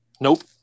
Nope